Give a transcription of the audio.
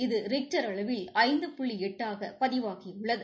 இது ரிக்டர் அளவில் ஐந்து புள்ளி எட்டாக பதிவாகியுள்ளது